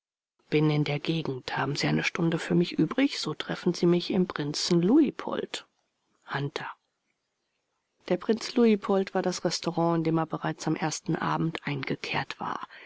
bin in der gegend haben sie eine stunde für mich übrig so treffen sie mich im prinzen luitpold hunter der prinz luitpold war das restaurant in dem er bereits am ersten abend eingekehrt war